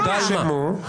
נרשמו.